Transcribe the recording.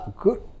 Good